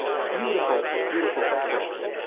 beautiful, beautiful fabrics.